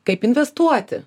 kaip investuoti